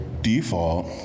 default